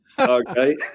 Okay